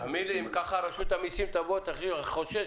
אם ככה רשות המסים יכולה גם לחשוש.